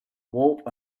warp